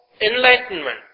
enlightenment